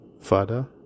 Father